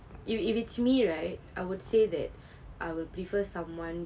if if it's me right I would say that I will prefer someone